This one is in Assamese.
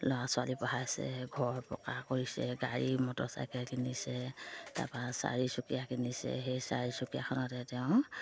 ল'ৰা ছোৱালী পঢ়াইছে ঘৰ পকা কৰিছে গাড়ী মটৰ চাইকেল কিনিছে তাৰপা চাৰিচকীয়া কিনিছে সেই চাৰিচকীয়াখনতে তেওঁ